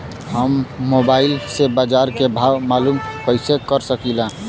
हम मोबाइल से बाजार के भाव मालूम कइसे कर सकीला?